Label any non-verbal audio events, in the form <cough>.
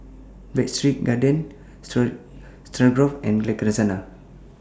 Breadsticks Garden <unintelligible> Stroganoff and Lasagna